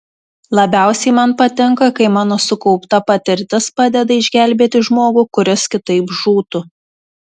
labiausiai man patinka kai mano sukaupta patirtis padeda išgelbėti žmogų kuris kitaip žūtų